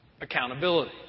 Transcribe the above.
Accountability